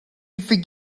forget